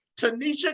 Tanisha